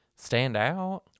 standout